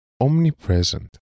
omnipresent